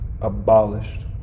abolished